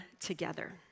together